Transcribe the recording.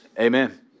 Amen